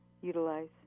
utilize